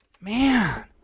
Man